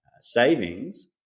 savings